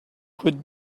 could